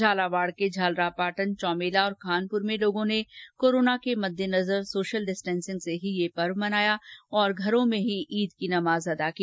झालावाड़ के झालरापाटन चौमेला और खानपुर में लोगों ने कोरोना के मद्देनजर सोशल डिस्टेन्सिंग से ही ये पर्व मनाया और घरों में ही ईद की नमाज अदा की